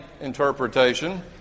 interpretation